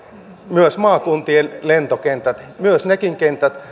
myös maakuntien lentokentät myös ne kentät